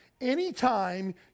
Anytime